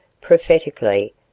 prophetically